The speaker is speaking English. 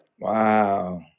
Wow